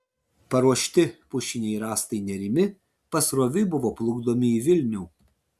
paruošti pušiniai rąstai nerimi pasroviui buvo plukdomi į vilnių